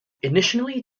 initially